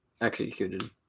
executed